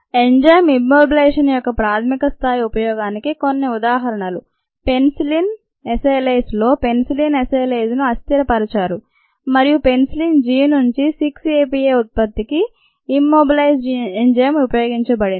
enzyme immobilisation యొక్క పారిశ్రామిక స్థాయి ఉపయోగానికి కొన్ని ఉదాహరణలు పెన్సిలిన్ ఎసైలేస్ లో పెన్సిలిన్ ఎసైలేజ్ ను అస్థిరపరచారు మరియు పెన్సిలిన్ G నుండి 6 APA ఉత్పత్తికి ఇమ్మొబిలైజ్డ్ ఎంజైమ్ ఉపయోగించబడింది